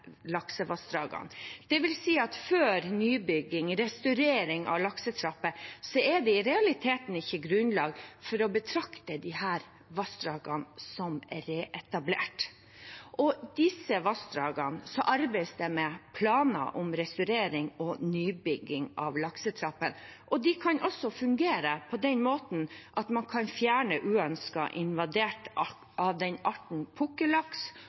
laksevassdragene. Det vil si at før nybygging og restaurering av laksetrapper, er det i realiteten ikke grunnlag for å betrakte disse vassdragene som reetablert. I disse vassdragene arbeides det med planer om restaurering og nybygg av laksetrappene, og de kan også fungere på den måten at man kan fjerne uønsket invadert